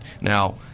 now